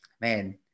man